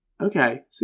Okay